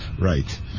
Right